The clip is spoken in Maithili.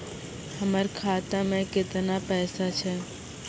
हमर खाता मैं केतना पैसा छह?